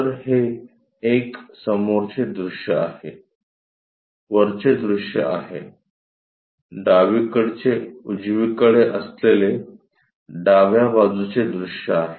तर हे एक समोरचे दृश्य आहे वरचे दृश्य आहे डावीकडचे उजवीकडे असलेले डाव्या बाजुचे दृश्य आहे